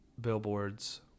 billboards